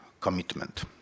commitment